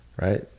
right